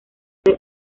fue